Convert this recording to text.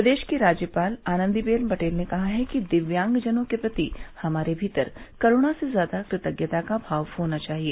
प्रदेश की राज्यपाल आनंदीवेन पटेल ने कहा कि दिव्यांगजनों के प्रति हमारे भीतर करूणा से ज्यादा कृतज्ञता का भाव होना चाहिए